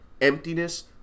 emptiness